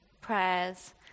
prayers